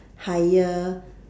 higher